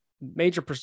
major